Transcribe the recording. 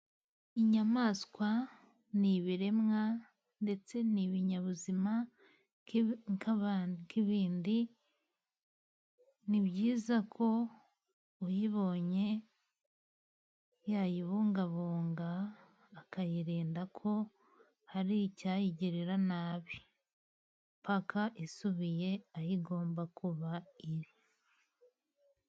Inyamaswa ni ibiremwa, ndetse n'ibinyabuzima nk'ibindi, ni byiza ko uyibonye yayibungabunga, akayirinda ko hari icyayigirira nabi. Mpaka isubiye aho igomba kuba iri.